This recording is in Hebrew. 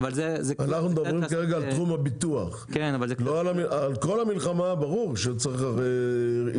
ברור לך שגם פה,